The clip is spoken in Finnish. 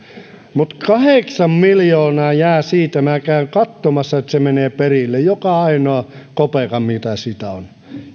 mutta kahdeksan miljoonaa jää siitä ja käyn katsomassa että menee perille joka ainoa kopeekka mitä sitä on